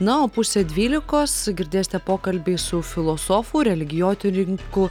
na o pusė dvylikos girdėsite pokalbį su filosofu religijotyrininku